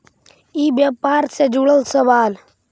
ई व्यापार से जुड़ल सवाल?